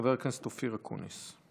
חבר הכנסת אופיר אקוניס.